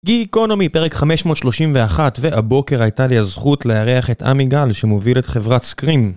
גיקונומי, פרק 531, והבוקר הייתה לי הזכות לארח את עמיגל, שמוביל את חברת סקרים.